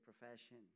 profession